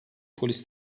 polisi